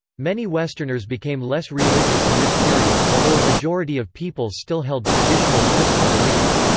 many westerners became less religious in this period, although a majority of people still held traditional christian beliefs.